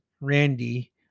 Randy